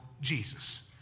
Jesus